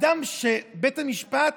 שאדם שבית המשפט